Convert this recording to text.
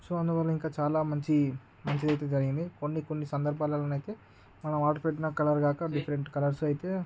so అందువల్ల ఇంకా చాలా మంచి మంచిది అయితే జరిగింది కొన్ని కొన్ని సందర్భాలలో అయితే మనం ఆర్డర్ పెట్టిన కలర్ కాక డిఫరెంట్ కలర్స్ అయితే